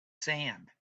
sand